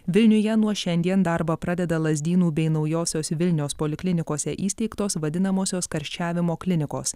vilniuje nuo šiandien darbą pradeda lazdynų bei naujosios vilnios poliklinikos įsteigtos vadinamosios karščiavimo klinikos